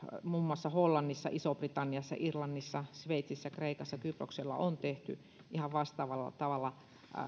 muun muassa hollannissa isossa britanniassa irlannissa sveitsissä kreikassa kyproksella on tehty ihan vastaavalla tavalla